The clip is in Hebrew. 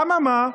אממה,